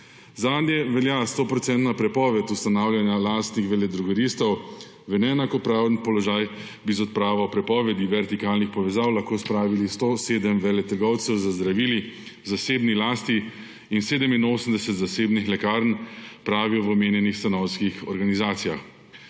Zadnje velja 100 % prepoved ustanavljala lastnih veledrogeristov, v neenakopraven položaj bi z odpravo prepovedi vertikalnih povezav lahko spravili 107 veletrgovcev z zdravili v zasebni lasti in 87 zasebnih lekarn, pravijo v omenjenih stanovskih organizacijah.